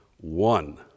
one